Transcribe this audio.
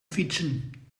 fietsen